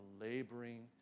laboring